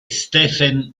stephen